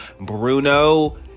bruno